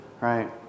right